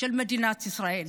של מדינת ישראל,